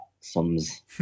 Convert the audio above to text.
sums